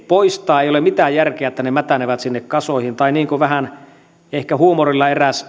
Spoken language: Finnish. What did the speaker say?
poistaa ei ole mitään järkeä että ne mätänevät sinne kasoihin tai niin kuin vähän ehkä huumorilla eräs